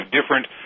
different